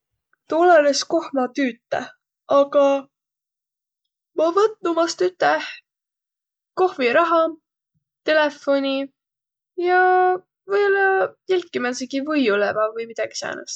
Tuu olõnõs, koh ma tüütä, aga ma võtnuq vast üteh kohviraha, telefoni ja või-ollaq jälki määntsegi võiuleevä vai midägi säänest.